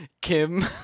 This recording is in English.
Kim